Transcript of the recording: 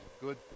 good